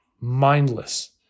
mindless